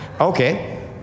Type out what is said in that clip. Okay